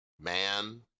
man